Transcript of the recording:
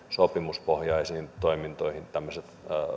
sopimuspohjaisiin toimintoihin tämmöiset